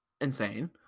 insane